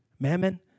mammon